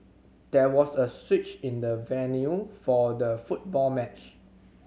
there was a switch in the venue for the football match